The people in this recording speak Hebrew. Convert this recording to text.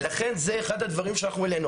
לכן זה אחד הדברים שאנחנו העלינו.